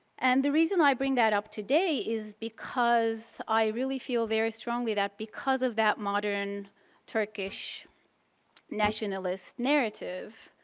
and the reason i bring that up today is because i really feel very strongly that because of that modern turkish nationalist narrative,